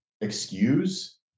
excuse